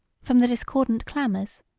from the discordant clamors,